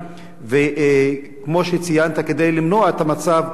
כדי למנוע את המצב האבסורדי והמעליב של